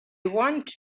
want